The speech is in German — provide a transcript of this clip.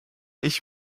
ich